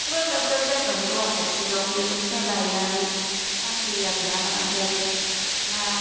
गोबां दाब दाब जायगायावनो गोबां फख्रि दं बेफोरनिफ्राय लायनानै फानफैयो आरो ना फालांगियारि ना